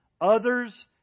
others